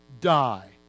die